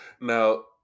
Now